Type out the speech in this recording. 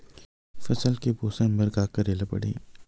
फसल के पोषण बर का करेला पढ़ही?